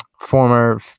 former